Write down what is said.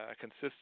consists